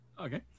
Okay